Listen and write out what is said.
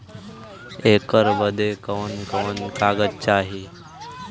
ऐकर बदे कवन कवन कागज चाही?